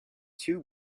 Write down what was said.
two